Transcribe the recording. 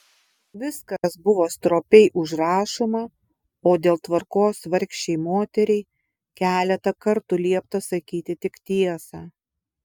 viskas buvo stropiai užrašoma o dėl tvarkos vargšei moteriai keletą kartų liepta sakyti tik tiesą